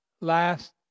last